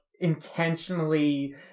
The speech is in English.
intentionally